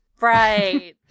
Right